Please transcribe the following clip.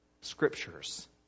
scriptures